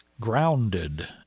grounded